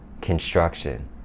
construction